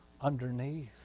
underneath